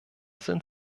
sind